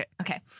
Okay